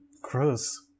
Gross